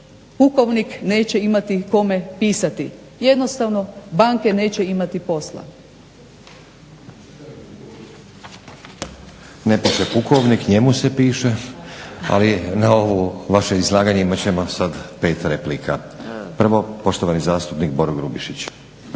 pukovnik neće imati kome pisati, jednostavno banke neće imati posla. **Stazić, Nenad (SDP)** Ne piše pukovnik, njemu se piše, ali na ovo vaše izlaganje imat ćemo sad pet replika. Prvo, poštovani zastupnik Boro Grubišić.